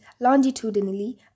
longitudinally